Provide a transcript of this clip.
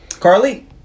Carly